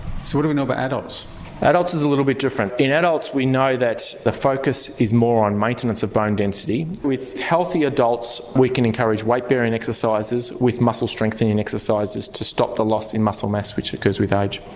sort of we know about but adults? in adults it's a little bit different. in adults we know that the focus is more on maintenance of bone density. with healthy adults we can encourage weight bearing exercises with muscle strengthening exercises to stop the loss in muscle mass which occurs with age.